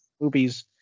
movies